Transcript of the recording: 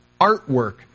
artwork